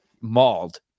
mauled